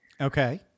Okay